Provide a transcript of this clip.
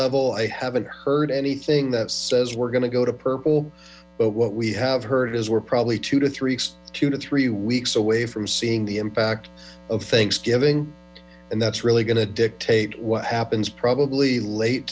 level i haven't heard anything that says we're going to purple but what we have heard is we're probably two to three two to three weeks away from seeing the impact of thanksgiving and that's really going to dictate what happens probably late